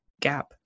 gap